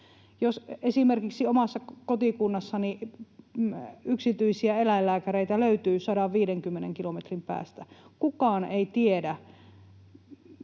Esimerkiksi omassa kotikunnassani yksityisiä eläinlääkäreitä löytyy 150 kilometrin päästä. Kukaan ei tiedä,